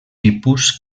tipus